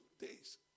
days